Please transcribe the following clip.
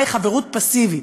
של מהי חברות פסיבית.